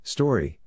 Story